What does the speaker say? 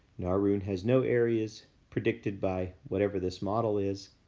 naryn has no areas predicted by whatever this model is,